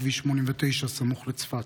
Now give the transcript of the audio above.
בכביש 89 סמוך לצפת.